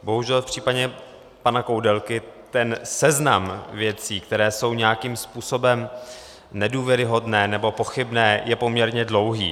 Bohužel v případě pana Koudelky je seznam věcí, které jsou nějakým způsobem nedůvěryhodné nebo pochybné, poměrně dlouhý.